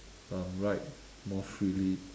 um write more freely